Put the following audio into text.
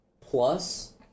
plus